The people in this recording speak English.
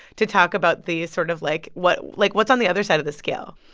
to talk about the sort of like what like, what's on the other side of the scale